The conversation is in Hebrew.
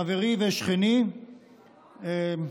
חברי ושכני לחיים.